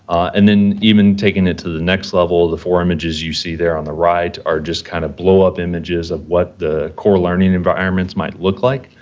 and then even taking it to the next level. the four images you see there on the right are just kind of blowup images of what the core learning environments might look like.